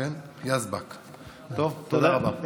תודה רבה.